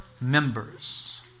members